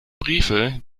briefe